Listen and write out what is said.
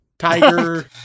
Tiger